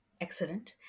Excellent